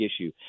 issue